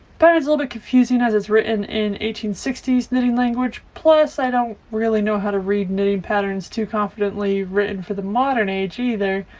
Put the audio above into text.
little bit confusing as it's written in eighteen sixty knitting language plus i don't really know how to read knitting patterns too confidently written for the modern age either.